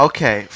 Okay